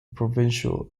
provincial